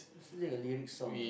is like a lyric song ah